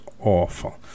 awful